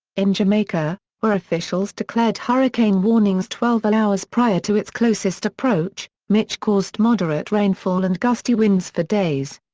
in jamaica, where officials declared hurricane warnings twelve hours prior to its closest approach, mitch caused moderate rainfall and gusty winds for days.